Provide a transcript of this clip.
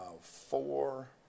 four